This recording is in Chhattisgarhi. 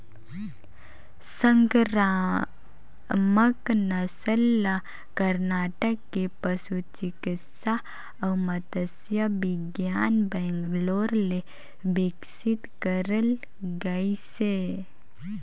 संकरामक नसल ल करनाटक के पसु चिकित्सा अउ मत्स्य बिग्यान बैंगलोर ले बिकसित करल गइसे